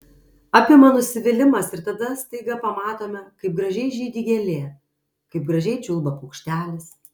apima nusivylimas ir tada staiga pamatome kaip gražiai žydi gėlė kaip gražiai čiulba paukštelis